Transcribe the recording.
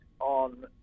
on